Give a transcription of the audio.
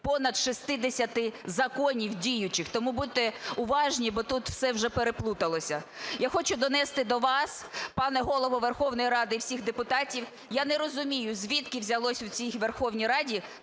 понад 60 законів діючих. Тому будьте уважні, бо тут все переплуталося. Я хочу донести до вас, пане Голово Верховної Ради, і всіх депутатів, я не розумію, звідки взялося в цій Верховній Раді